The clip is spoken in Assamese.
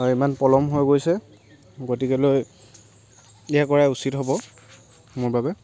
হয় ইমান পলম হৈ গৈছে গতিকেলৈ ইয়া কৰাই উচিত হ'ব মোৰ বাবে